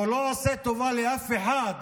הוא לא עושה טובה לאף אחד,